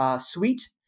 suite